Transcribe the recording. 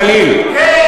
ועוד איך שכן.